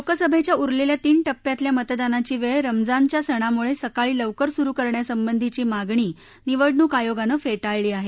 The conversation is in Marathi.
लोकसभेच्या उरलेल्या तीन टप्प्यातल्या मतदानाची वेळ रमजानच्या सणामुळे सकाळी लवकर सुरू करण्यासंबंधीची मागणी निवडणूक आयोगानं फेटाळली आहे